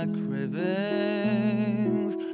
cravings